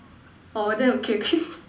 orh then okay okay